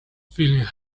feeling